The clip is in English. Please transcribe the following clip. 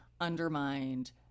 undermined